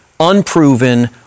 unproven